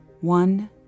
One